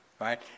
right